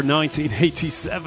1987